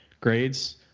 grades